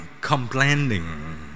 complaining